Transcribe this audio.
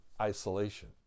isolation